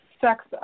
sex